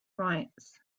rites